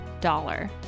dollar